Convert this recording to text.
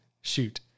shoot